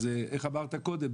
אז איך אמרת קודם,